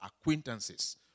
acquaintances